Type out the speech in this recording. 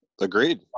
agreed